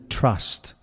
trust